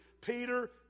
Peter